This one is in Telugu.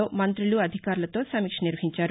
లో మంత్రులు అధికారులతో సమీక్ష నిర్వహించారు